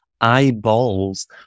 eyeballs